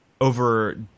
over